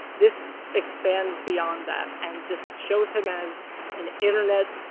this expands beyond that and just shows him as an internet.